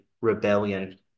rebellion